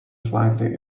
slightly